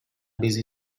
busy